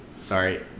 Sorry